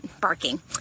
barking